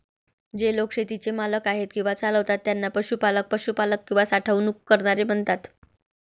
जे लोक शेतीचे मालक आहेत किंवा चालवतात त्यांना पशुपालक, पशुपालक किंवा साठवणूक करणारे म्हणतात